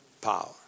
power